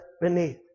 beneath